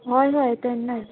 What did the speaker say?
हय हय तेन्नाय